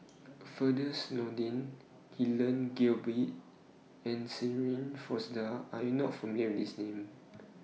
Firdaus Nordin Helen Gilbey and Shirin Fozdar Are YOU not familiar These Names